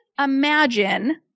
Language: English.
imagine